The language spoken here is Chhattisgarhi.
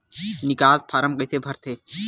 निकास फारम कइसे भरथे?